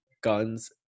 guns